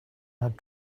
had